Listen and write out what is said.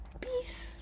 peace